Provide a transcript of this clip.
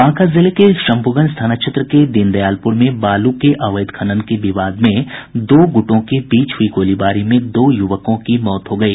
बांका जिले के शम्भूगंज थाना क्षेत्र के दीनदयालपुर में बालू के अवैध खनन के विवाद में दो गुटों के बीच हुई गोलीबारी में दो युवकों मौत हो गयी